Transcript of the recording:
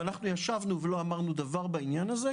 אנחנו ישבנו ולא אמרנו דבר בעניין הזה,